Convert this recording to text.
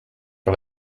sur